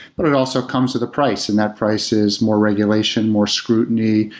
but it also comes with a price, and that prices more regulation, more scrutiny,